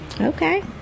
Okay